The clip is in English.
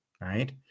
right